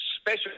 Special